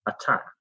attack